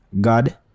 God